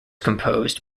composed